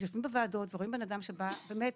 יושבים בוועדות ורואים בן אדם שבא, באמת,